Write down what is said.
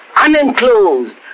unenclosed